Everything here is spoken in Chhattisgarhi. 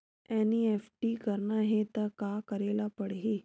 एन.ई.एफ.टी करना हे त का करे ल पड़हि?